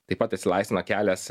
taip pat atsilaisvina kelias